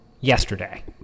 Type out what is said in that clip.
yesterday